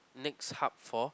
next hub for